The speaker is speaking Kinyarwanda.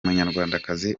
munyarwandakazi